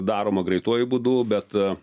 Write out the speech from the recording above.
daroma greituoju būdu bet